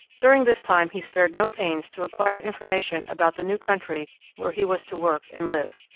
during this time he spared no pains to acquire information about the new country where he was to work and live.